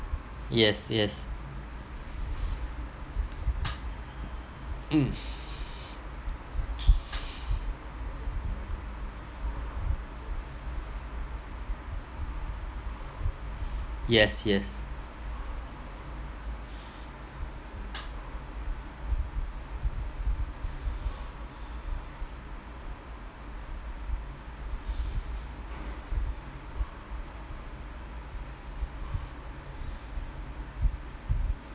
yes yes mm yes yes